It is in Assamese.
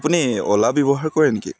আপুনি অ'লা ব্যৱহাৰ কৰে নেকি